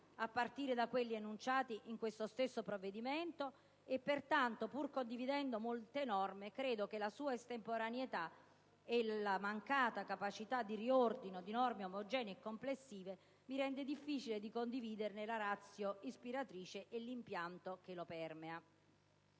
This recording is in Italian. a partire da quelli enunciati in questo stesso provvedimento; pertanto, pur condividendo molte norme, la sua estemporaneità e la mancata capacità di esprimere norme di riordino omogenee e complessive mi rende difficile condividerne la *ratio* ispiratrice e l'impianto che lo permea.